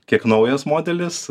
kiek naujas modelis